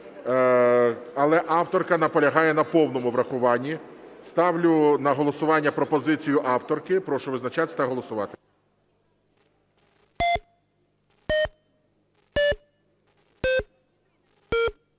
але авторка наполягає на повному врахуванні. Ставлю на голосування пропозицію авторки. Прошу визначатися та голосувати.